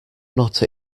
not